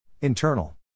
Internal